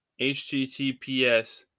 HTTPS